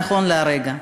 נכון לרגע זה.